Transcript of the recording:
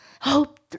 hope